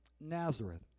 Nazareth